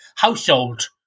Household